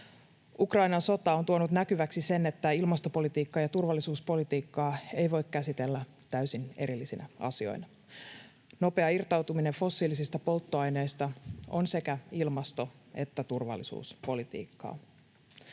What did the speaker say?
Ukrainan sota on tuonut näkyväksi sen, että ilmastopolitiikkaa ja turvallisuuspolitiikkaa ei voi käsitellä täysin erillisinä asioina. Nopea irtautuminen fossiilisista polttoaineista on sekä ilmasto- että turvallisuuspolitiikkaa.